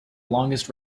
longest